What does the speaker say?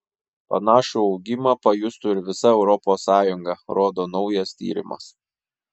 panašų augimą pajustų ir visa europos sąjunga rodo naujas tyrimas